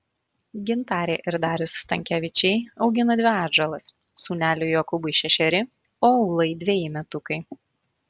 gintarė ir darius stankevičiai augina dvi atžalas sūneliui jokūbui šešeri o ūlai dveji metukai